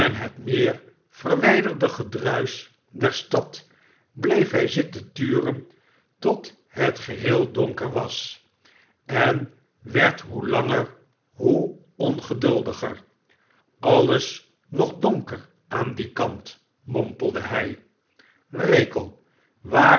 het meer verwijderde gedruisch der stad bleef hij zitten turen tot net geheel donker was en werd hoe langer hoe ongeduldiger sailes nog donker aan dien kant mompelde hij srekel waar